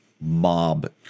mob